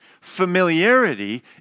Familiarity